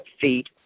feet